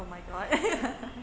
oh my god